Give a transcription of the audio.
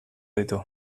ditu